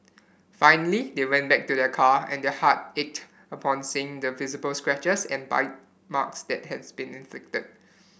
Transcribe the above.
finally they went back to their car and their heart ached upon seeing the visible scratches and bite marks that has been inflicted